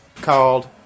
called